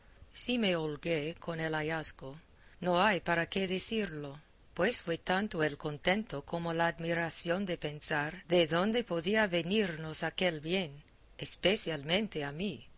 si me holgué con el hallazgo no hay para qué decirlo pues fue tanto el contento como la admiración de pensar de donde podía venirnos aquel bien especialmente a mí